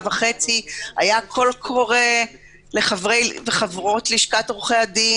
וחצי היה קול קורא לחברי וחברות לשכת עורכי הדין